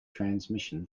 transmission